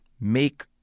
make